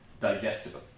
digestible